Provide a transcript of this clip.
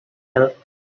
help